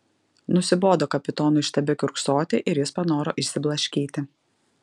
nusibodo kapitonui štabe kiurksoti ir jis panoro išsiblaškyti